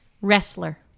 Wrestler